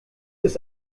ist